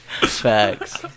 Facts